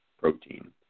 protein